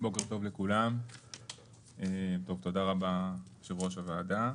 בוקר טוב לכולם, תודה רבה ליושב ראש הועדה.